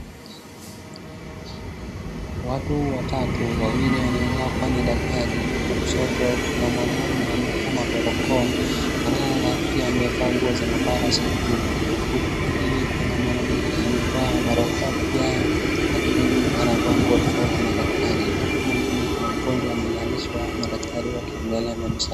Watu watatu wawili waonekana kuwa ni daktari, huku kushoto kuna mwanaume amevaa mabarakoa, naye pia amevaa nguo za mabarasa ya blue . Huku kwingine kuna mwanamke amevaa barakoa pia lakini anavaa nguo tofauti na daktari. Huku mwingine kuna mgonjwa amelazishwa madaktari wakiangalia meno zao.